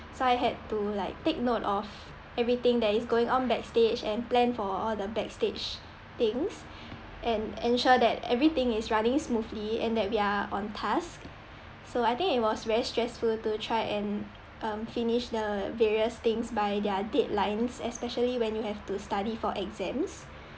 so I had to like take note of everything that is going on backstage and plan for all the backstage things and ensure that everything is running smoothly and that we are on task so I think it was very stressful to try and um finish the various things by their deadlines especially when you have to study for exams